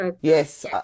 Yes